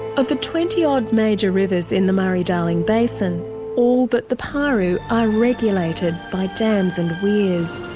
of the twenty odd major rivers in the murray darling basin all but the paroo are regulated by dams and weirs.